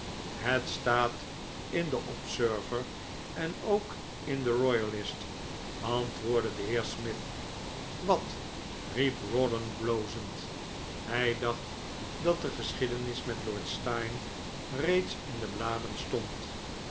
het staat in de observer en ook in de royalist antwoordde de heer smith wat riep rawdon blozend hij dacht dat de geschiedenis met lord steyne reeds inde bladen stond